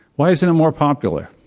why isn't it more popular?